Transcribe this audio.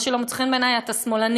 מה שלא מוצא חן בעיני, אתה שמאלני.